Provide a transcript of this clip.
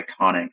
iconic